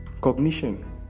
Cognition